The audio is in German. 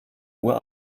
uhr